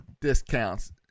discounts